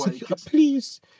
Please